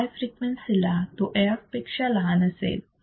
हाय frequency ला तो AF पेक्षा लहान असेल